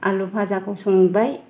आलु फाजाखौ संबाय